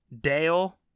Dale